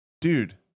dude